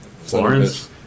Florence